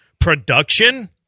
production